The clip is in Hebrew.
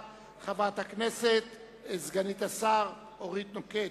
אני מזמין את סגן יושב-ראש הכנסת,